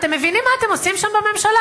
אתם מבינים מה אתם עושים שם בממשלה?